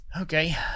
Okay